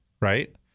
right